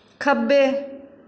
ਖੱਬੇ